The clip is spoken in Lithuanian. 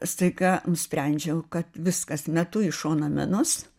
staiga nusprendžiau kad viskas metu į šoną menus